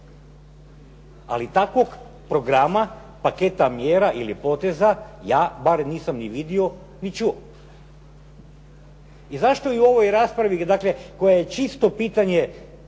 Ali takvog programa, paketa mjera ili poteza ja bar nisam ni vidio ni čuo. I zašto u ovoj raspravi dakle koja je čisto pitanje